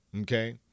Okay